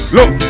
Look